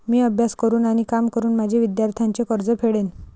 मी अभ्यास करून आणि काम करून माझे विद्यार्थ्यांचे कर्ज फेडेन